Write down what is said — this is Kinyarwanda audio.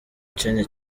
ukennye